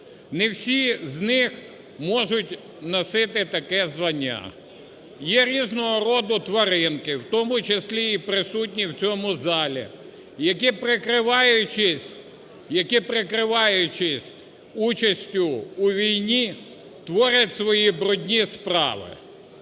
не всі з них можуть носити таке звання. Є різного роду тваринки, в тому числі і присутні в цьому залі, які прикриваючись... які прикриваючись участю у війні, творять свої брудні справи.